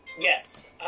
yes